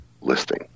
listing